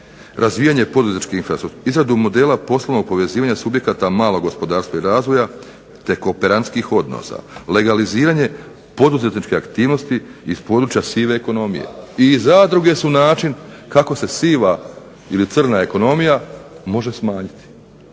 Razvijanje poduzetničke …/Ne razumije se./…, izradu modela poslovnog povezivanja subjekata malog gospodarstva i razvoja te kooperantskih odnosa, legaliziranje poduzetničke aktivnosti iz područja sive ekonomije, i zadruge su način kako se siva ili crna ekonomija može smanjiti.